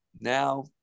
now